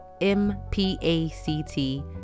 m-p-a-c-t